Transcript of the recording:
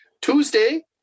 Tuesday